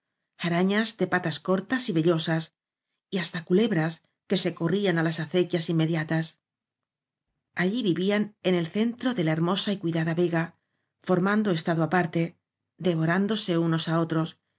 arañas de patas cortas y vellosas y hasta cu lebras que se corrían á las acequias inmedia tas allí vivían en el centro de la hermosa y cuidada vega formando estado aparte devo rándose unos á otros